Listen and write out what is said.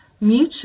mutual